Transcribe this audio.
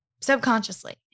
subconsciously